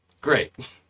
Great